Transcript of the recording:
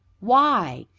why?